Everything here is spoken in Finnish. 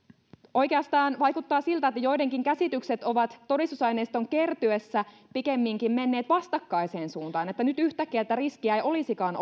oikeastaan vaikuttaa siltä että joidenkin käsitykset ovat todistusaineiston kertyessä pikemminkin menneet vastakkaiseen suuntaan että nyt yhtäkkiä tätä riskiä ei olisikaan